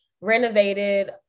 renovated